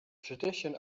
tradition